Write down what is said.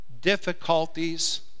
difficulties